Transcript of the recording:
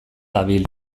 dabil